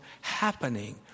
happening